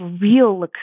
real